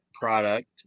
product